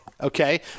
Okay